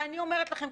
ואני אומרת לכם,